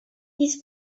this